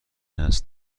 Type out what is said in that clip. نسل